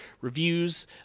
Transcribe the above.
reviews